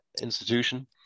institution